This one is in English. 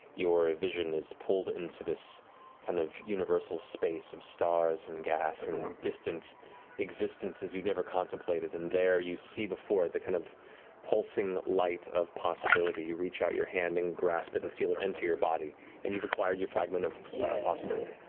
your vision is pulled into this kind of universal space of stars and gas and distant existences you've never contemplated and there you see before you the kind of pulsing light of possibility. you reach out a hand and grasp it and feel it enter your body and you've acquired your fragment of yeah possibility.